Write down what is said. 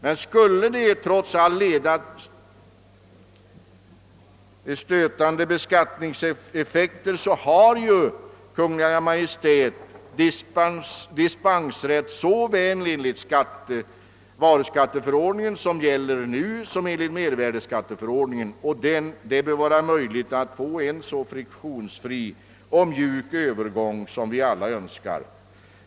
Men skulle systemet trots allt leda till stötande beskattningseffekter så kan ju Kungl. Maj:t utnyttja sin dispensrätt såväl enligt varuskatteförordningen, vilken fortfarande gäller, som enligt mervärdeskatteförordningen. Det bör då vara möjligt att åstadkomma en så friktionsfri och mjuk övergång som vi alla önskar.